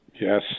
yes